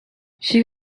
she